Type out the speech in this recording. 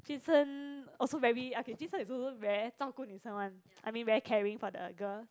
jun sheng also very okay jun sheng is also very 照顾女生 one I mean very caring for the girl